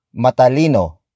matalino